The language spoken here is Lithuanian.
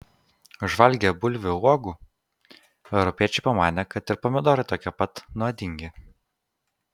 užvalgę bulvių uogų europiečiai pamanė kad ir pomidorai tokie pat nuodingi